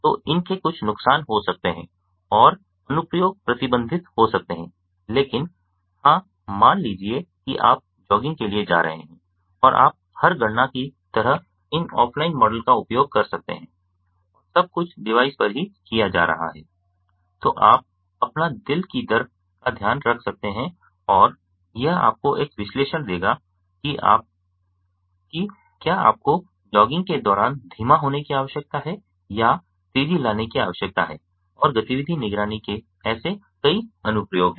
तो इन के कुछ नुकसान हो सकते हैं और अनुप्रयोग प्रतिबंधित हो सकते हैं लेकिन हां मान लीजिए कि आप जॉगिंग के लिए जा रहे हैं और आप हर गणना की तरह इन ऑफ़लाइन मॉडल का उपयोग कर सकते हैं और सब कुछ डिवाइस पर ही किया जा रहा है तो आप अपना दिल की दर का ध्यान रख सकते हैं और यह आपको एक विश्लेषण देगा कि क्या आपको जॉगिंग के दौरान धीमा होने की आवश्यकता है या तेजी लाने की आवश्यकता है और गतिविधि निगरानी के ऐसे कई अनुप्रयोग हैं